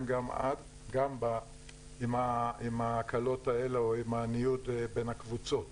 גם עם ההקלות האלה או עם הניוד בין הקבוצות.